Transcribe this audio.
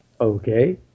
Okay